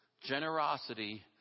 Generosity